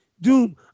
Doom